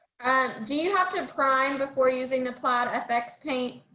and do you have to prime before using the plot effects paint.